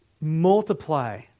multiply